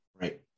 right